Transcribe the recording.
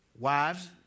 Wives